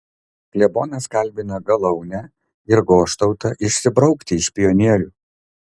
klebonas kalbina galaunę ir goštautą išsibraukti iš pionierių